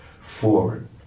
forward